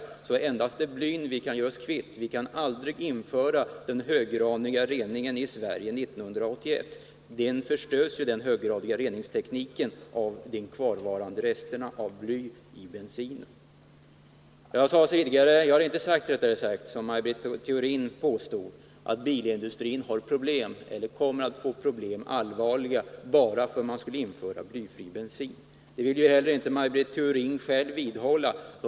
Det är endast blyet i själva den tillförda bensinen vi kan göra oss kvitt — vi kan aldrig införa den höggradigt rena bensinen i Sverige 1981. Resultatet av den höggradiga reningen förstörs ju av de kvarvarande resterna i tankar etc. Jag har inte sagt, som Maj Britt Theorin påstod, att bilindustrin har eller kommer att få allvarliga problem bara för att man skulle införa blyfri bensin. Det vill ju Maj Britt Theorin inte själv heller vidhålla.